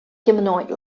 humanoid